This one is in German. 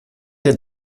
der